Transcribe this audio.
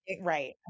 Right